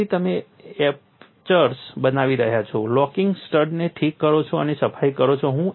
તેથી તમે એપર્ચર બનાવી રહ્યા છો લોકિંગ સ્ટડ્સને ઠીક કરો છો અને સફાઈ કરો છો